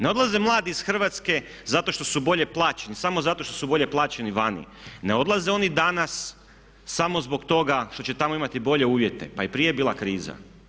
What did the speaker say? Ne odlaze mladi iz Hrvatske zato što su bolje plaćeni, samo zato što su bolje plaćeni vani, ne odlaze oni danas samo zbog toga što će tamo imati bolje uvjete, pa i prije je bila kriza.